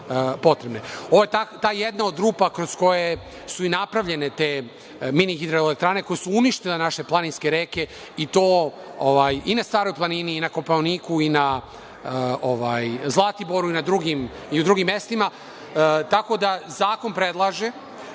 je ta jedna od rupa kroz koje su i napravljene te mini hidroelektrane koje su uništile naše planinske reke i na Staroj planini i na Kopaoniku i na Zlatiboru i u drugim mestima. Tako da, zakon predlaže